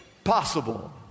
Possible